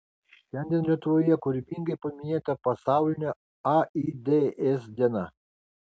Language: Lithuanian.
šiandien lietuvoje kūrybingai paminėta pasaulinė aids diena